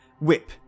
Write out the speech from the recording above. Whip